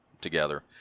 together